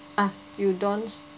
ah you don't